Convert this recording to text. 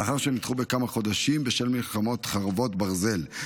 לאחר שנדחו בכמה חודשים בשל מלחמת חרבות ברזל.